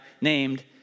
named